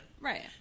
Right